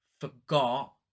forgot